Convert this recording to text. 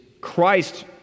christ